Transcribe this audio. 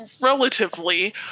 relatively